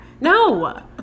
No